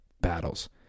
battles